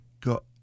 got